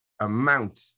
amount